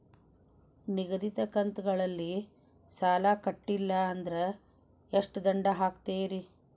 ನಿಗದಿತ ಕಂತ್ ಗಳಲ್ಲಿ ಸಾಲ ಕಟ್ಲಿಲ್ಲ ಅಂದ್ರ ಎಷ್ಟ ದಂಡ ಹಾಕ್ತೇರಿ?